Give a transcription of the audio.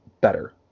better